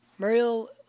Muriel